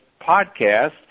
podcast